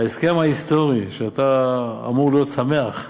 ההסכם ההיסטורי שאתה אמור להיות שמח עליו,